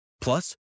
Plus